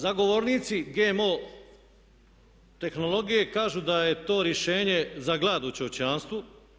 Zagovornici GMO tehnologije kažu da je to rješenje za glad u čovječanstvu.